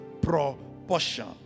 proportion